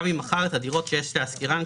נגיד הוא היה מחויב להשכיר חמש מתוך שבע,